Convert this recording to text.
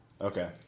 Okay